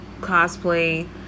cosplay